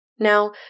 Now